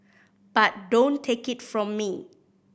but don't take it from me